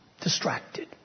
distracted